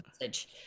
message